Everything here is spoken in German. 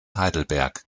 heidelberg